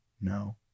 no